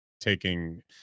taking